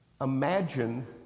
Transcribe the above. imagine